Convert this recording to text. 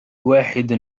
واحد